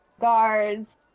guards